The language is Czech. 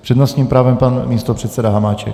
S přednostním právem pan místopředseda Hamáček.